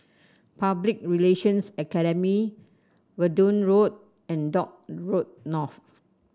Public Relations Academy Verdun Road and Dock Road North